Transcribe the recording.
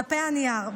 דפי הנייר,